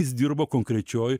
jis dirbo konkrečioj